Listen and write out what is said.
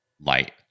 light